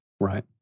Right